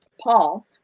Paul